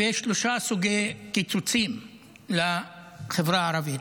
ויש שלושה סוגי קיצוצים לחברה הערבית.